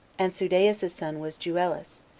and sudeas's son was juelus,